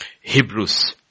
Hebrews